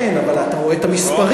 כן, אבל אתה רואה את המספרים.